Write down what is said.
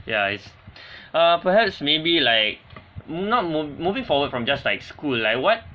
yeah it's err perhaps maybe like not move moving forward from just like school like what